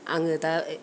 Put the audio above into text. आङो दा